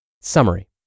Summary